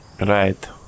Right